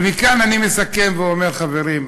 מכאן אני מסכם ואומר: חברים,